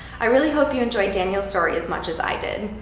i really hope you enjoy daniel's story as much as i did!